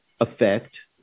affect